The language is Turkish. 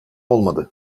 olmadı